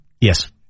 Yes